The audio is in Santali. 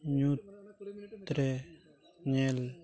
ᱧᱩᱛ ᱨᱮ ᱧᱮᱞ